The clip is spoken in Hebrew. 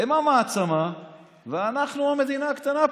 הם המעצמה ואנחנו המדינה הקטנה פה.